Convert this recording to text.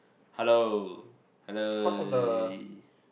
hello hello